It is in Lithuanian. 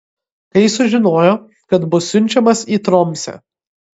kai sužinojo kad bus siunčiamas į tromsę